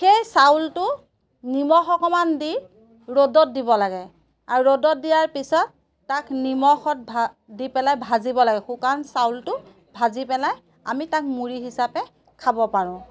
সেই চাউলটো নিমখ অকণমান দি ৰ'দত দিব লাগে আৰু ৰ'দত দিয়াৰ পিছত তাক নিমখত ভা দি পেলাই ভাজিব লাগে শুকান চাউলটো ভাজি পেলাই আমি তাক মুড়ি হিচাপে খাব পাৰোঁ